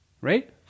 right